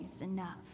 enough